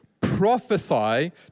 Prophesy